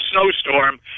snowstorm